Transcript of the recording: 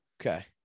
okay